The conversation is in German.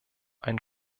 ein